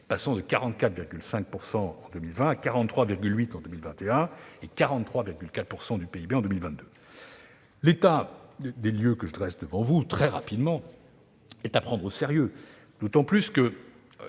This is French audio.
passant de 44,5 % en 2020 à 43,8 % en 2021 et à 43,4 % du PIB en 2022. L'état des lieux que je dresse devant vous très rapidement doit être pris au sérieux, d'autant que